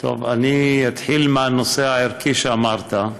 טוב, אני אתחיל מהנושא הערכי שאמרת,